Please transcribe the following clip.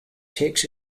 takes